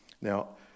Now